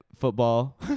Football